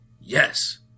Yes